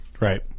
Right